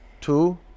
two